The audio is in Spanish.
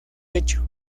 hecho